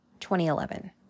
2011